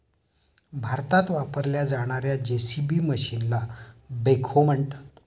भारतात वापरल्या जाणार्या जे.सी.बी मशीनला बेखो म्हणतात